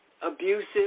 abusive